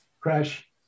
crash